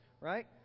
right